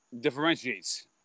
differentiates